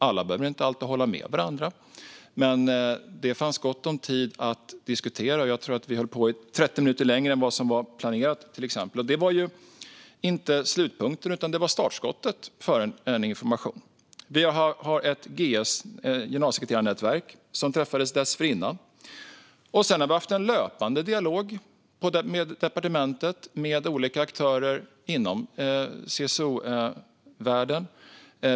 Alla behöver inte alltid hålla med varandra, men det fanns gott om tid att diskutera. Jag tror till exempel att vi höll på 30 minuter längre än vad som var planerat. Det var inte slutpunkten utan startskottet för informationen. Vi har ett generalsekreterarnätverk som träffades dessförinnan. Sedan har departementet haft löpande dialog med olika aktörer inom CSO-världen.